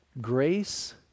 Grace